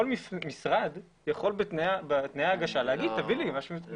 כל משרד יכול בתנאי ההגשה לומר שייתנו לו.